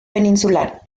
peninsular